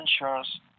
insurance